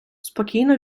спокійно